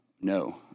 No